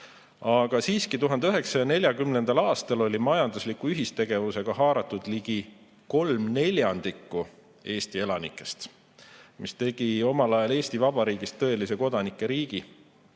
omad, oli 1940. aastal majandusliku ühistegevusega haaratud siiski ligi kolm neljandikku Eesti elanikest ja see tegi omal ajal Eesti Vabariigist tõelise kodanike riigi.